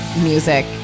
music